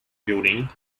building